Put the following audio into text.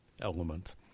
element